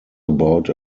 about